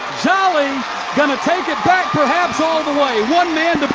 jolly going to take it back, perhaps all the way. one man